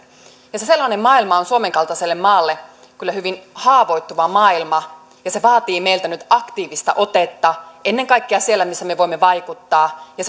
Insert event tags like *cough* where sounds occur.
se sellainen maailma on suomen kaltaiselle maalle kyllä hyvin haavoittuva maailma ja se vaatii meiltä nyt aktiivista otetta ennen kaikkea siellä missä me me voimme vaikuttaa ja *unintelligible*